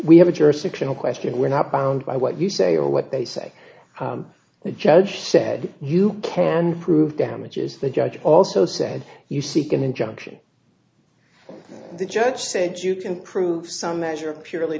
we have a jurisdictional question we're not bound by what you say or what they say the judge said you can prove damages the judge also said you seek an injunction and the judge said you can prove some measure of purely